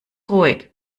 ruhig